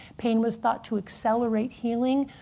pain was thought to accelerate healing.